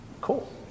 Cool